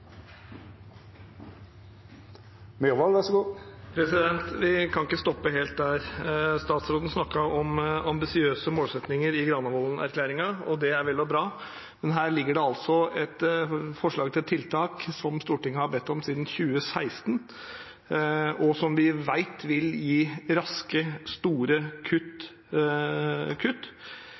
Vi kan ikke stoppe helt der. Statsråden snakket om ambisiøse målsettinger i Granavolden-erklæringen, og det er vel og bra, men her ligger det altså et forslag til tiltak som Stortinget har bedt om siden 2016, og som vi vet vil gi raske, store kutt.